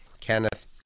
Kenneth